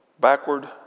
Backward